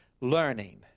learning